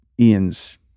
Ian's